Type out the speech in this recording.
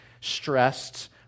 stressed